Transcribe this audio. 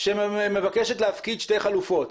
שמבקשת להפקיד שתי חלופות?